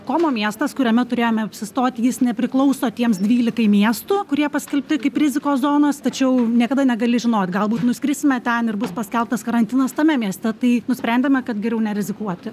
komo miestas kuriame turėjome apsistoti jis nepriklauso tiems dvylikai miestų kurie paskelbti kaip rizikos zonos tačiau niekada negali žinot galbūt nuskrisime ten ir bus paskelbtas karantinas tame mieste tai nusprendėme kad geriau nerizikuoti